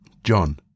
John